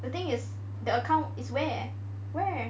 the thing is the account is where where